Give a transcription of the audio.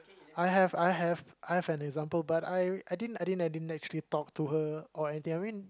I have I have I have an example but I I didn't I didn't I didn't actually talk to her or anything I mean